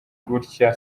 gutya